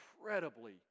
incredibly